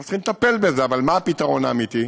אנחנו צריכים לטפל בזה, אבל מה הפתרון האמיתי?